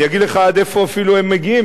אני אגיד לך עד איפה אפילו הם מגיעים,